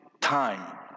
time